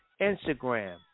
Instagram